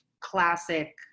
classic